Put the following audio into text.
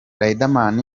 riderman